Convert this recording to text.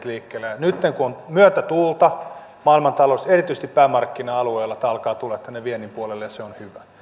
liikkeelle ja nytten kun on myötätuulta maailmantaloudessa erityisesti päämarkkina alueilla tämä alkaa tulla tänne viennin puolelle ja se on